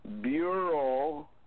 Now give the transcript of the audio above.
bureau